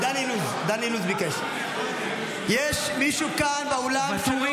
(קורא בשמות חברי הכנסת) ניסים ואטורי,